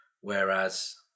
whereas